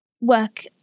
work